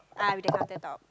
ah with the counter top